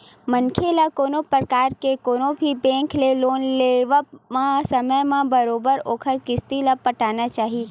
मनखे ल कोनो परकार के कोनो भी बेंक ले लोन के लेवब म समे म बरोबर ओखर किस्ती ल पटाना चाही